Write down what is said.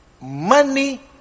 Money